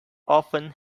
often